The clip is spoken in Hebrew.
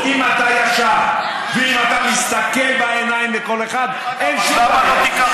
אם אתה ישר ואם אתה מסתכל בעיניים לכל אחד אין שום בעיה.